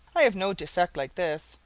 i have no defect like this.